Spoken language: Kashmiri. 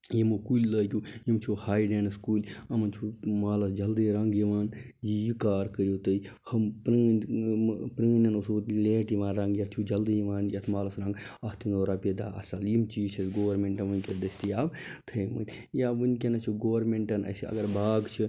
یم کُلۍ لٲگِو یم چھو ہاے ڈیٚنٕس کُلۍ یِمن چھو مالَس جلدی رنٛگ یِوان یہِ کار کٔرِو تُہۍ ہوٚم پرٛٲنۍ پرٛانیٚن اوسوٕ لیٹ یِوان رنٛگ یتھ چھو جلدی یِوان یتھ مالَس رنٛگ اتھ یِنوٚو رۄپیہِ دَہ اصٕل یم چیٖز چھِ اسہِ گورمنٹَن وُنٛکیٚس دستیاب تھٲیمتۍ یا وُنٛکیٚس چھِ گورمنٹَن اسہِ اگر باغ چھِ